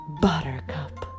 Buttercup